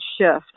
shift